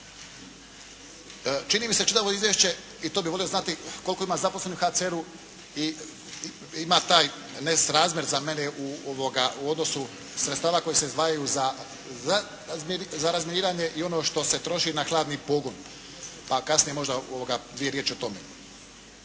Čini mi se čitavo izvješće, i to bih volio znati koliko ima zaposlenih u HCR-u i ima taj nesrazmjer za mene u odnosu sredstava koja se izdvajaju za razminiranje i ono što se troši na hladni pogon. Pa kasnije možda dvije riječi o tome.